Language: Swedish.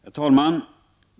Herr talman!